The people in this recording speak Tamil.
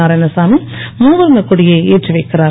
நாராயணசாமி மூவர்ணக் கொடியை ஏற்றிவைக்கிறார்